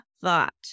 thought